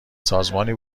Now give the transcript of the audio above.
سازمانی